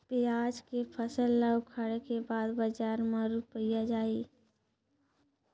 पियाज के फसल ला उखाड़े के बाद बजार मा रुपिया जाही?